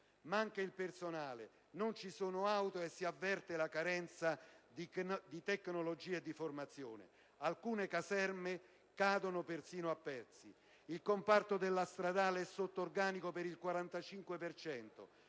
Manca il personale, non ci sono auto e si avverte la carenza di tecnologie e di formazione. Alcune caserme cadono persino a pezzi. Il comparto della Stradale è sotto organico per il 45